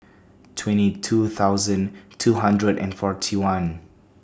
twenty two thousand two hundred and forty one